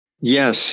Yes